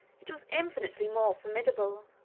it was infinitely more formidable.